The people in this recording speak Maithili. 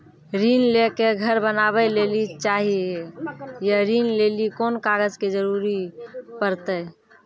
ऋण ले के घर बनावे लेली चाहे या ऋण लेली कोन कागज के जरूरी परतै?